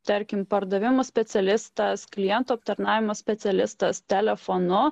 tarkim pardavimų specialistas klientų aptarnavimo specialistas telefonu